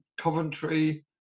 Coventry